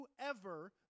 whoever